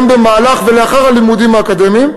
גם במהלך ולאחר הלימודים האקדמיים,